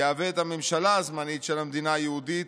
יהווה את הממשלה הזמנית של המדינה היהודית,